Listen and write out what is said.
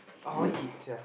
I want eat sia